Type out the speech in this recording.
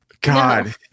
God